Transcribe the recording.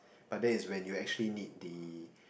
but then is when you actually need the